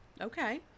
Okay